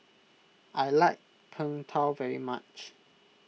I like Png Tao very much